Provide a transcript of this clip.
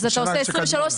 אתה עושה 2023,